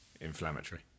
inflammatory